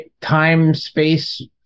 time-space